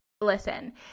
Listen